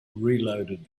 reloaded